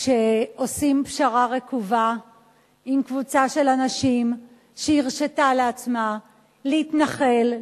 כשעושים פשרה רקובה עם קבוצה של אנשים שהרשתה לעצמה להתנחל,